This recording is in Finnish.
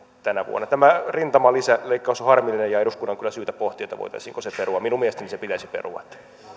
tänä vuonna tämä rintamalisäleikkaus on harmillinen ja eduskunnan on kyllä syytä pohtia voitaisiinko se perua minun mielestäni se pitäisi perua